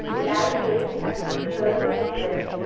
larry page. and sergey brin.